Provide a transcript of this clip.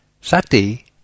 Sati